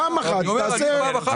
פעם אחת אתה תעשה את זה.